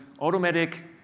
automatic